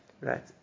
right